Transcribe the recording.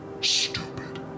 stupid